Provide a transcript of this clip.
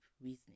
reasoning